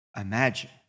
imagine